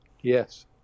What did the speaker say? Yes